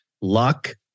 luck